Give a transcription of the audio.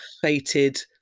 fated